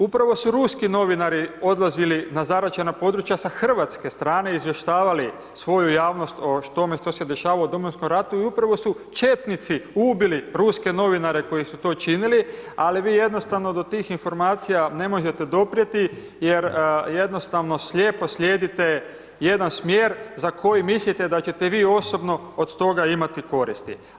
Upravo su ruski novinari odlazili na zaraćena područja sa hrvatske strane, izvještavali svoju javnost o tome što se dešavalo u Domovinskom ratu i upravo su Četnici ubili ruske novinare koji su to činili ali vi jednostavno do tih informacija ne možete doprijeti jer jednostavno slijepo slijedite jedan smjer za koji mislite da ćete vi osobno od toga imati koristi.